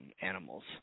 animals